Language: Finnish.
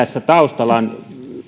tässä taustalla on ollut välillä